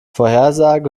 vorhersage